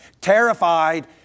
Terrified